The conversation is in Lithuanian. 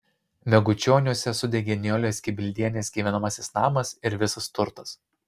megučioniuose sudegė nijolės kibildienės gyvenamasis namas ir visas turtas